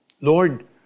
Lord